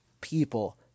people